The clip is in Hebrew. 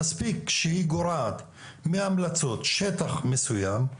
מספיק שהיא גורעת מהמלצות שטח מסוים,